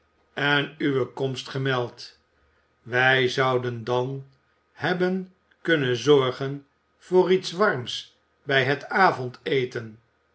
en uwe komst gemeld wij zouden dan hebben kunnen zorgen voor iets warms bij het avondeten